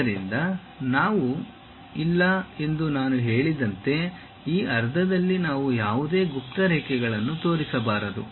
ಆದ್ದರಿಂದ ನಾವು ಇಲ್ಲ ಎಂದು ನಾನು ಹೇಳಿದಂತೆ ಈ ಅರ್ಧದಲ್ಲಿ ನಾವು ಯಾವುದೇ ಗುಪ್ತ ರೇಖೆಗಳನ್ನು ತೋರಿಸಬಾರದು